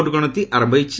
vote ଗଣତି ଆରମ୍ଭ ହୋଇଯାଇଛି